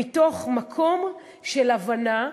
מתוך מקום של הבנה.